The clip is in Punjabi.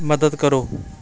ਮਦਦ ਕਰੋ